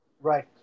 Right